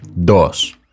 dos